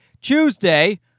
Tuesday